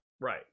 Right